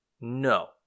No